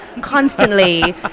constantly